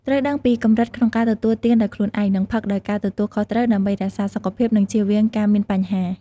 ត្រូវដឹងពីកម្រិតក្នុងការទទួលទានដោយខ្លួនឯង និងផឹកដោយការទទួលខុសត្រូវ ដើម្បីរក្សាសុខភាព និងជៀសវាងការមានបញ្ហា។